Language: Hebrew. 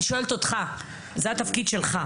אני שואלת אותך, זה התפקיד שלך.